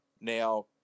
Now